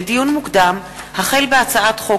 לדיון מוקדם: החל בהצעת חוק